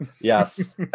Yes